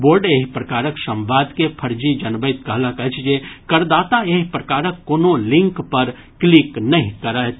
board एहि प्रकारक संवाद के फर्जी जनबैत कहलक अछि जे करदाता एहि प्रकारक कोनो लिंक पर क्लिक नहि करथि